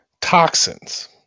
toxins